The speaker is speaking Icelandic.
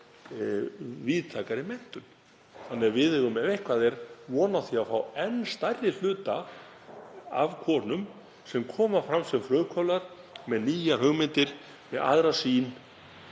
víðtækari menntun þannig að við eigum ef eitthvað er von á því að fá enn stærri hluta af konum sem koma fram sem frumkvöðlar með nýjar hugmyndir, með aðra sýn.